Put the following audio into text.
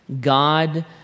God